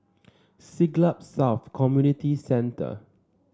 Siglap South Community Centre